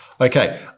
Okay